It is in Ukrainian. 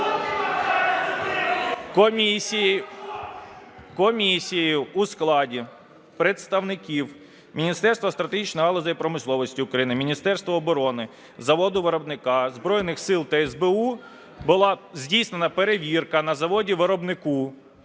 Комісією у складі представників Міністерства стратегічних галузей промисловості України, Міністерства оборони, заводу-виробника, Збройних Сил та СБУ була здійснена перевірка на заводі-виробнику.